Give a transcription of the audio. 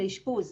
לאשפוז.